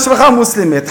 אימא שלך מוסלמית,